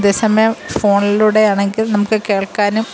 അതേസമയം ഫോണിലൂടെയാണെങ്കിൽ നമുക്ക് കേൾക്കാനും